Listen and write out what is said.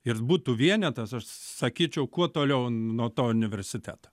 ir būtų vienetas aš sakyčiau kuo toliau nuo to universiteto